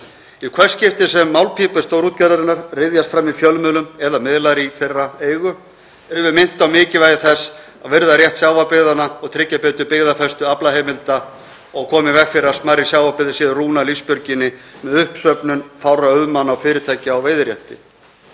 Í hvert skipti sem málpípur stórútgerðarinnar ryðjast fram í fjölmiðlum eða miðlum í eigin eigu erum við minnt á mikilvægi þess að virða rétt sjávarbyggðanna og tryggja betur byggðafestu aflaheimilda og koma í veg fyrir að smærri sjávarbyggðir séu rúnar lífsbjörginni með uppsöfnun fárra auðmanna og fyrirtækja á veiðirétti.